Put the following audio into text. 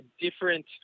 different